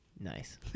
Nice